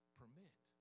permit